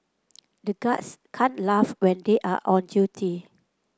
the guards can't laugh when they are on duty